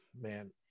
man